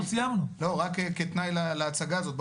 רק כתנאי להצגה הזאת,